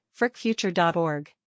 FrickFuture.org